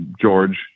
George